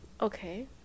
Okay